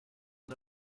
the